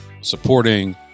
supporting